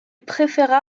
préféra